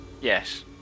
Yes